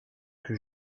que